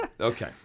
okay